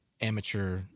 amateur